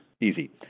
Easy